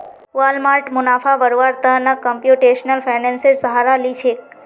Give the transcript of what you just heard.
Walmart मुनाफा बढ़व्वार त न कंप्यूटेशनल फाइनेंसेर सहारा ली छेक